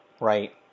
Right